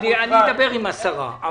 אני אדבר עם השרה.